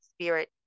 spirit